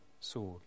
sword